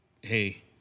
Hey